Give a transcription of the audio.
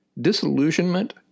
Disillusionment